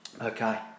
okay